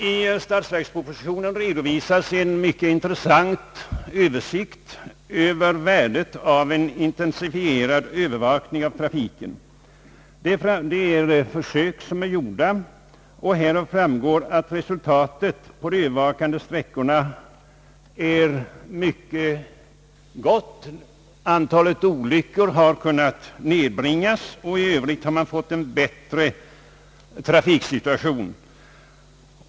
I statsverkspropositionen redovisas en mycket intressant översikt över värdet av en intensifierad övervakning av trafiken. Av de försök som är gjorda framgår att resultatet på övervakningssträckorna är mycket gott. Antalet olyckor har kunnat nedbringas, och även i övrigt har man åstadkommit en bättre trafiksituation.